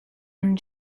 and